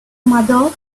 mother